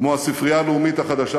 כמו הספרייה הלאומית החדשה,